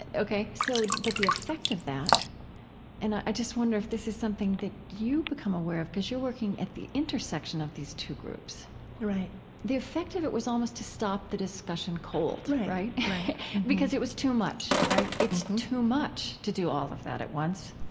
ok. so but the effect of that and i just wonder if this is something that you've become aware of because you're working at the intersection of these two groups right the effect of it was almost to stop the discussion cold, right? right because it was too much, right? it's too much to do all of that at once.